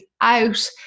out